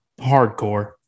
hardcore